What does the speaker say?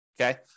okay